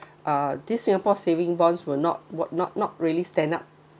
uh this singapore saving bonds were not what not not really stand up